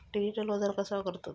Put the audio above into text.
Digital वजन कसा करतत?